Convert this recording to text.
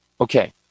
Okay